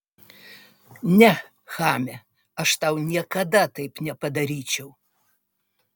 ne chaime aš tau niekada taip nepadaryčiau